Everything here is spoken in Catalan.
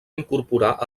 incorporar